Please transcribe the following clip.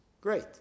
Great